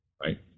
right